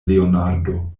leonardo